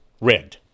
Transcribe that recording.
red